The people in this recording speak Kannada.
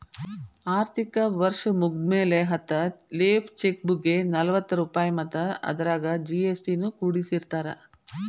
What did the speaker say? ಆರ್ಥಿಕ ವರ್ಷ್ ಮುಗ್ದ್ಮ್ಯಾಲೆ ಹತ್ತ ಲೇಫ್ ಚೆಕ್ ಬುಕ್ಗೆ ನಲವತ್ತ ರೂಪಾಯ್ ಮತ್ತ ಅದರಾಗ ಜಿ.ಎಸ್.ಟಿ ನು ಕೂಡಸಿರತಾರ